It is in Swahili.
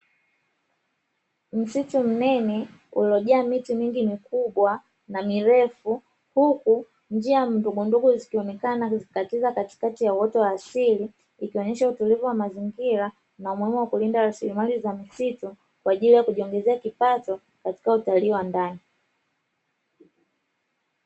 Msitu mnene ulijaa miti mingi mikubwa na mirefu huku njia ndogo ndogo zikionekana zikikatisha katikati ya uoto wa asili, ikionesha utulivu wa mazingira na umuhimu wa kulinda rasilimali za msitu kwa ajili ya kujiongezea kipato katika utalii wa ndani.